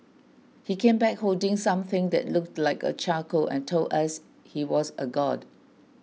he came back holding something that looked like a charcoal and told us he was a god